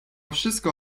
wszystko